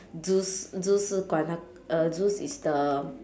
zeus zeus 是管那 uh zeus is the